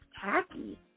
tacky